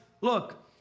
look